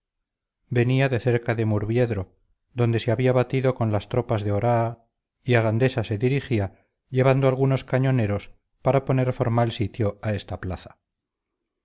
venía de cerca de murviedro donde se había batido con las tropas de oraa y a gandesa se dirigía llevando algunos cañoneros para poner formal sitio a esta plaza